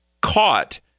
caught